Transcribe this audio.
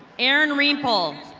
erin reemholtz.